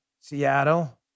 Seattle